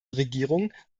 regierung